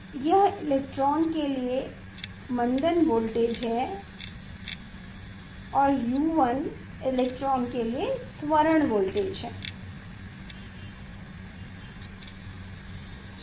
यह इलेक्ट्रॉन के लिए मंदन वोल्टेज है और U1 इलेक्ट्रॉन के लिए त्वरण वोल्टेज है